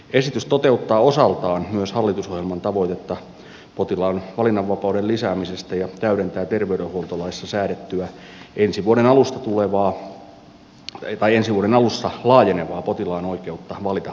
esitys toteuttaa osaltaan myös hallitusohjelman tavoitetta potilaan valinnanvapauden lisäämisestä ja täydentää terveydenhuoltolaissa säädettyä ensi vuoden alussa laajenevaa potilaan oikeutta valita hoitopaikkansa